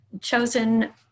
Chosen